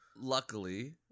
Luckily